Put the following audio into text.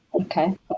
Okay